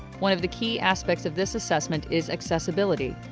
one of the key aspects of this assessment is accessibility.